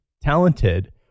talented